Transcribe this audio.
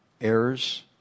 errors